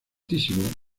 excmo